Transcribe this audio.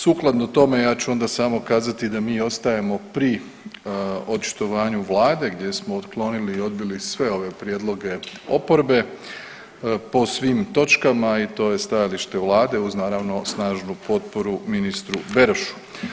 Sukladno tome ja ću onda samo kazati da mi ostajemo pri očitovanju Vlade gdje smo otklonili i odbili sve ove prijedloge oporbe po svim točkama i to je stajalište Vlade uz naravno snažnu potporu ministru Berošu.